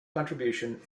contribution